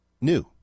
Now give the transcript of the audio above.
new